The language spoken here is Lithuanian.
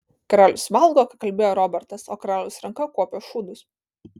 karalius valgo kalbėjo robertas o karaliaus ranka kuopia šūdus